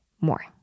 more